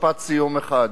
משפט סיום אחד.